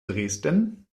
dresden